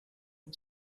und